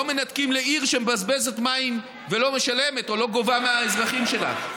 לא מנתקים לעיר שמבזבזת מים ולא משלמת או לא גובה מהאזרחים שלה,